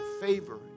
favor